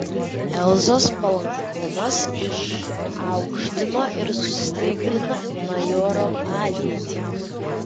elzos palankumas išaukštino ir sustiprino majoro padėtį